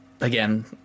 Again